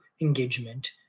engagement